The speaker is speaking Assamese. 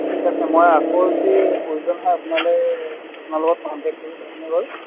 ঠিক আছে মই আকৌ যদি প্ৰয়োজন হয় আপোনালৈ আপোনাৰ লগত কণ্টেক্ট কৰিব পাৰিম নে বাৰু